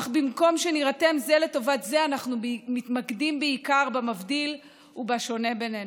אך במקום שנירתם זה לטובת זה אנחנו מתמקדים בעיקר במבדיל ובשונה בינינו.